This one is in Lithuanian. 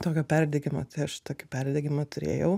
tokio perdegimo tai aš tokį perdegimą turėjau